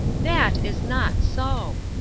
that is not so!